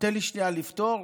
תן לי שנייה לפתור,